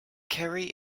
kerry